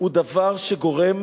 הוא דבר שגורם